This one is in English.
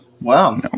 Wow